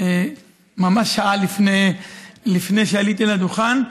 ממש שעה לפני שעליתי לדוכן.